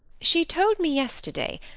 she told me yesterday,